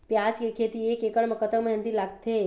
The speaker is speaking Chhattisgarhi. प्याज के खेती एक एकड़ म कतक मेहनती लागथे?